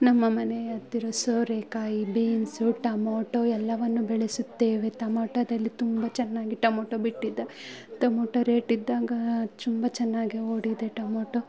ನಮ್ಮ ಮನೆಯ ಹತ್ತಿರ ಸೋರೆಕಾಯಿ ಬೀನ್ಸು ಟಮೊಟೋ ಎಲ್ಲವನ್ನು ಬೆಳೆಸುತ್ತೇವೆ ತಮೊಟೋದಲ್ಲಿ ತುಂಬ ಚನ್ನಾಗಿ ಟಮೊಟೋ ಬಿಟ್ಟಿದೆ ಟಮೊಟೋ ರೇಟಿದ್ದಾಗ ತುಂಬ ಚೆನ್ನಾಗಿ ಓಡಿದೆ ಟಮೊಟೋ